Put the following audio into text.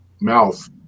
mouth